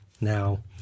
Now